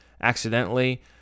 accidentally